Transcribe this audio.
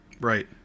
Right